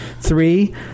Three